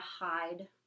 hide